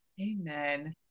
Amen